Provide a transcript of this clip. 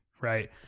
right